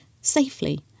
safely